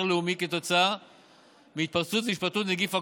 לאומי כתוצאה מהתפרצות והתפשטות נגיף הקורונה,